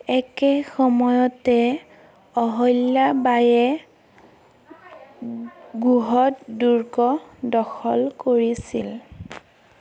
একে সময়তে অহল্যা বায়ে গোহদ দুৰ্গ দখল কৰিছিল